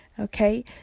Okay